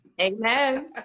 Amen